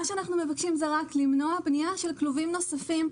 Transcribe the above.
מה שאנחנו מבקשים זה רק למנוע בנייה של לולים נוספים,